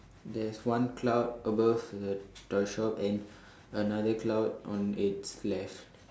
there is one cloud above the toy shop and another cloud on it's left